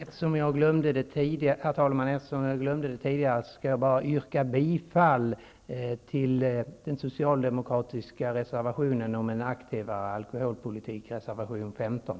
Herr talman! Jag vill bara, eftersom jag tidigare glömde den saken, yrka bifall till reservation 15